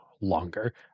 longer